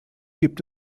gibt